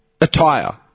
Attire